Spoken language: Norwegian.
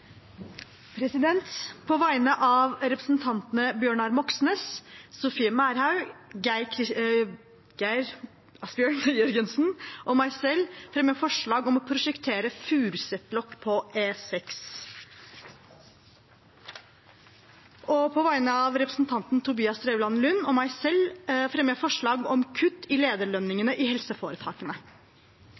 På vegne av representantene Bjørnar Moxnes, Sofie Marhaug, Geir Jørgensen og meg selv fremmer jeg et forslag om å prosjektere Furuset-lokk på E6. På vegne av representanten Tobias Drevland Lund og meg selv fremmer jeg et forslag om kutt i lederlønningene i helseforetakene.